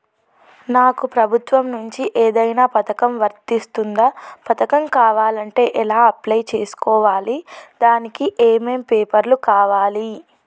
నాకు ప్రభుత్వం నుంచి ఏదైనా పథకం వర్తిస్తుందా? పథకం కావాలంటే ఎలా అప్లై చేసుకోవాలి? దానికి ఏమేం పేపర్లు కావాలి?